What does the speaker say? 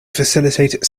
facilitate